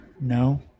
No